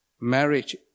Marriage